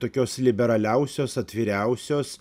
tokios liberaliausios atviriausios